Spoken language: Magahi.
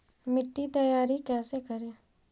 मिट्टी तैयारी कैसे करें?